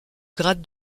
grade